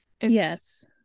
Yes